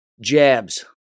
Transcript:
Jabs